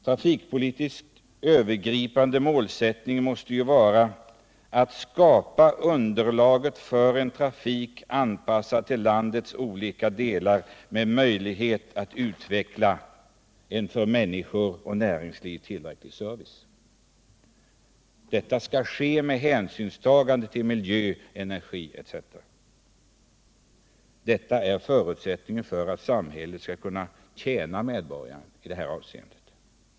En övergripande trafikpolitisk målsättning måste ju vara att skapa underlag för en trafik, anpassad till landets olika delar med möjlighet att utveckla en för människor och näringsliv tillräcklig service. Detta skall ske med hänsynstagande till miljö, energi etc. Detta är förutsättningen för att samhället skall kunna tjäna medborgarna i detta avseende.